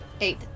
Eight